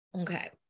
Okay